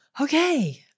okay